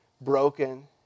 broken